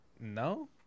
No